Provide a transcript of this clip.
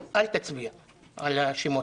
אתה רוצה שנדבר על כמה אנשים נדבקו בחודש ינואר,